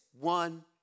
one